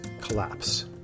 collapse